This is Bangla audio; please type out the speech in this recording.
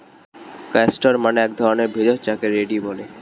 ক্যাস্টর মানে এক ধরণের ভেষজ যাকে রেড়ি বলে